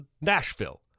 Nashville